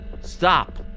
Stop